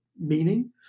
meaning